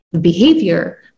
behavior